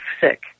sick